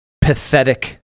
pathetic